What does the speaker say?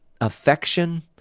affection